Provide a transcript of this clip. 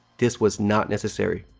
this was not necessary.